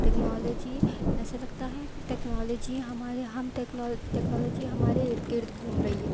technology ایسا لگتا ہے کہ ٹیکنالوجی ہمارے ہم ٹیکنا ٹیکنالوجی ہمارے ارد گرد گھوم رہی ہے